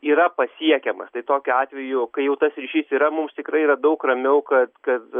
yra pasiekiamas tai tokiu atveju kai jau tas ryšys yra mums tikrai yra daug ramiau kad kad